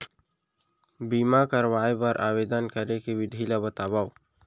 बीमा करवाय बर आवेदन करे के विधि ल बतावव?